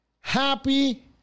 Happy